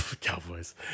Cowboys